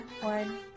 One